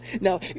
Now